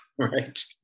right